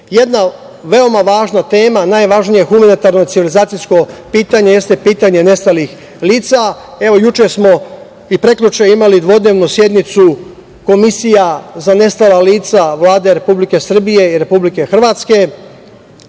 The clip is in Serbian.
KiM.Jedna veoma važna tema, najvažnija, humanitarno, civilizacijsko pitanje jeste pitanje nestalih lica. Evo, juče smo i prekjuče imali dvodnevnu sednicu komisija za nestala lica Vlade Republike Srbije i Republike Hrvatske.